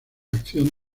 acción